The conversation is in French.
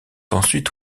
ensuite